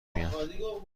میاد